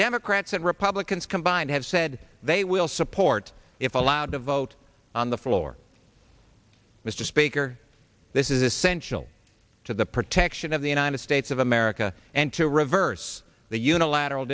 democrats and republicans combined have said they will support if allowed to vote on the floor mr speaker this is essential to the protection of the unite states of america and to reverse the unilateral